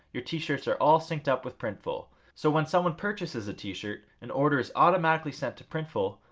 your t-shirts are all synced up with printful so when someone purchases a t-shirt an order is automatically sent to printful,